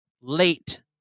late